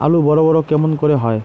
আলু বড় বড় কেমন করে হয়?